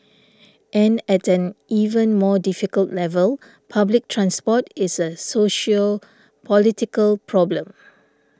and at an even more difficult level public transport is a sociopolitical problem